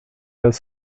has